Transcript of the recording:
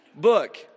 book